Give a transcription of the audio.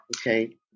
Okay